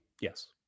yes